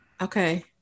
Okay